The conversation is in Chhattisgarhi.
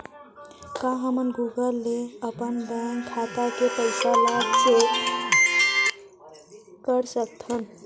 का हमन गूगल ले अपन बैंक खाता के पइसा ला चेक कर सकथन का?